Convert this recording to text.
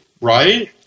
right